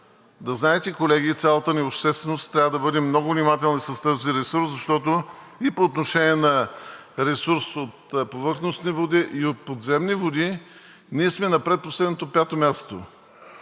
да знаете, колеги, и цялата ни общественост, трябва да бъдем много внимателни с този ресурс и по отношение на ресурс от повърхностни води, и от подземни води, ние сме на предпоследното пето място.